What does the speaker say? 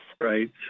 Right